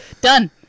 done